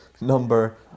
number